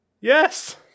Yes